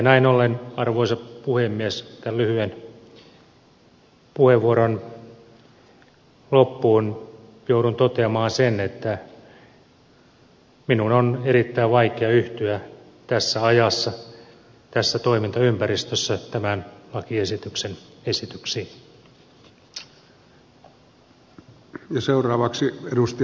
näin ollen arvoisa puhemies tämän lyhyen puheenvuoron loppuun joudun toteamaan sen että minun on erittäin vaikea yhtyä tässä ajassa tässä toimintaympäristössä tämän lakiesityksen esityksiin